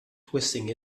twisting